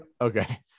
Okay